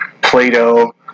Plato